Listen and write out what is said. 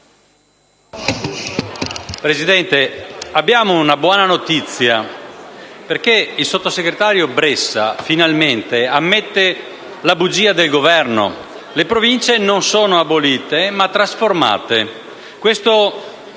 Presidente, abbiamo una buona notizia, perché il sottosegretario Bressa finalmente ammette la bugia del Governo: le Province non sono abolite, ma trasformate.